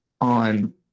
on